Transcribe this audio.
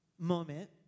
moment